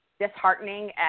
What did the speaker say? disheartening